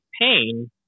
pain